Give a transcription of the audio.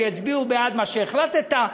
שיצביעו בעד מה שהחלטת,